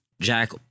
Jack